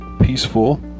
peaceful